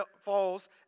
falls